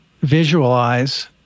visualize